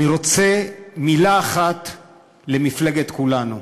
אני רוצה, מילה אחת למפלגת כולנו.